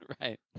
Right